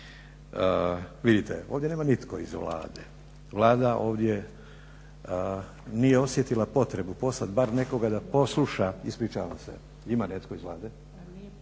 Vidite, ovdje nema nitko iz Vlade. Vlada ovdje nije osjetila potrebu poslat bar nekoga da posluša, ispričavam se, ima netko iz Vlade?